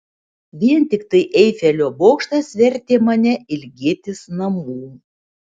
vien tiktai eifelio bokštas vertė mane ilgėtis namų